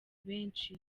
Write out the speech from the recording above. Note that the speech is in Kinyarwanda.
benshi